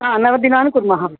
हा नवदिनानि कुर्मः